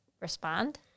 respond